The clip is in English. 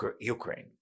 Ukraine